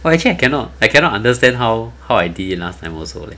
well actually I cannot I cannot understand how how I did it last time also leh